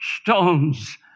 stones